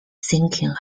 sinking